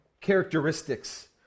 characteristics